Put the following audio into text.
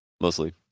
mostly